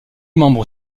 membre